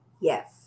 Yes